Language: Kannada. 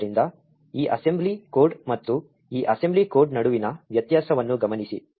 ಆದ್ದರಿಂದ ಈ ಅಸೆಂಬ್ಲಿ ಕೋಡ್ ಮತ್ತು ಈ ಅಸೆಂಬ್ಲಿ ಕೋಡ್ ನಡುವಿನ ವ್ಯತ್ಯಾಸವನ್ನು ಗಮನಿಸಿ